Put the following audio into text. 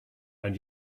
and